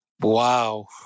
Wow